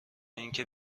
اینکه